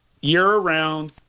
year-round